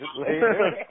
later